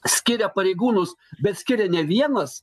skiria pareigūnus bet skiria ne vienas